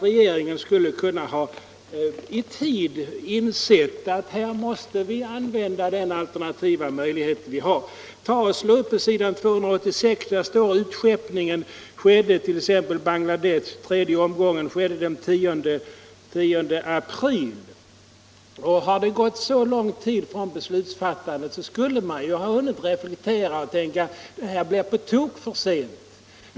Regeringen borde i tid ha insett att vi måste använda alternativa möjligheter. Slå upp s. 286 i betänkandet. Där står att utskeppningen av tredje omgången till Bangladesh skedde den 10 april. När så lång tid hade gått sedan beslutsfattandet, borde man ha kunnat inse att det blev på tok för sent.